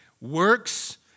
Works